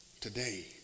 today